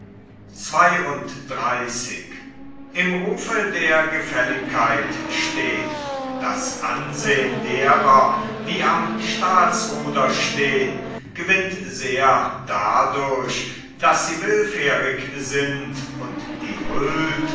das ansehen derer die am staatsruder stehn gewinnt sehr dadurch daß sie willfährig sind und die huld